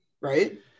right